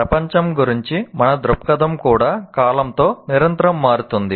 ప్రపంచం గురించి మన దృక్పథం కూడా కాలంతో నిరంతరం మారుతుంది